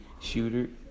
shooter